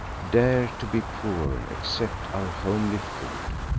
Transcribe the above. dare to be poor accept our homely food,